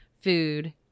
food